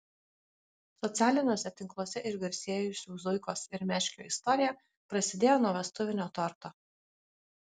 socialiniuose tinkluose išgarsėjusių zuikos ir meškio istorija prasidėjo nuo vestuvinio torto